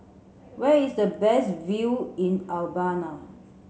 where is the best view in Albania